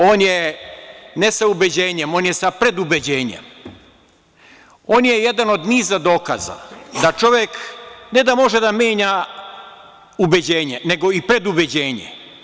On je, ne sa ubeđenjem, on je sa predubeđenjem, on je jedan od niza dokaza da čovek ne da može da menja ubeđenje, nego i predubeđenje.